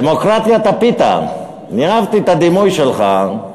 דמוקרטיית הפיתה, אני אהבתי את הדימוי שלך,